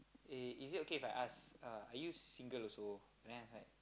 uh is it okay If I ask are you single also then I was like